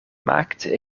maakte